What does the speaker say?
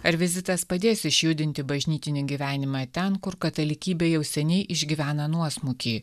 ar vizitas padės išjudinti bažnytinį gyvenimą ten kur katalikybė jau seniai išgyvena nuosmukį